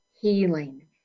healing